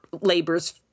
labor's